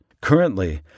Currently